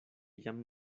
jam